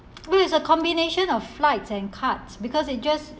no it's a combination of flights and cards because it just